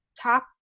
top